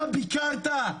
אתה ביקרת,